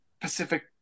Pacific